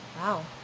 Wow